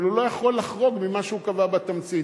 אבל הוא לא יכול לחרוג ממה שהוא קבע בתמצית.